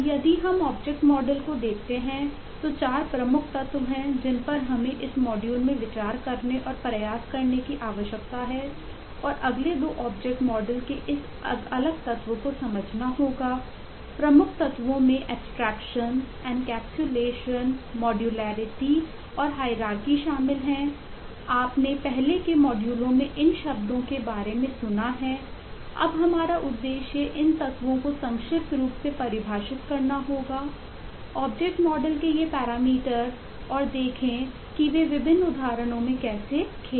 अब यदि हम ऑब्जेक्ट मॉडल और देखें कि वे विभिन्न उदाहरणों में कैसे खेलते हैं